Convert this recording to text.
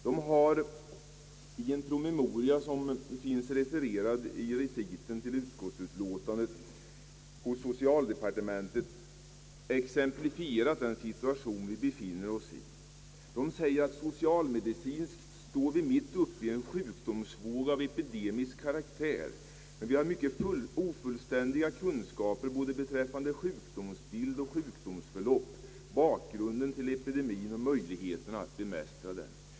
Den har i den promemoria som finns refererad i reciten till utskottsutlåtandet hos <socialdepartementet exemplifierat den situation vi befinner oss i. Man säger att vi socialmedicinskt står mitt uppe i en sjukdomsvåg av epidemisk karaktär men har mycket ofullständiga kunskaper både beträffande sjukdomsbild och sjukdomsförlopp, bakgrunden till epidemien och möjligheterna att bemästra dem.